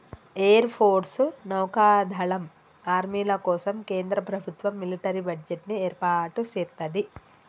air force, నౌకా దళం, ఆర్మీల కోసం కేంద్ర ప్రభుత్వం మిలిటరీ బడ్జెట్ ని ఏర్పాటు సేత్తది